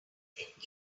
engagement